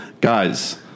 guys